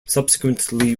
subsequently